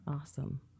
Awesome